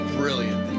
brilliant